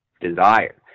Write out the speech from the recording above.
desire